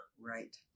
Right